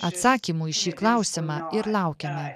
atsakymų į šį klausimą ir laukiame